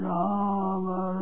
Rama